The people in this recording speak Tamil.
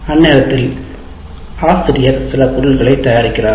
அந்நேரத்தில் ஆசிரியர் சில பொருள்களைத் தயாரிக்கிறார்